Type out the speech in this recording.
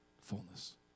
fullness